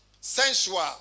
sensual